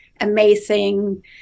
amazing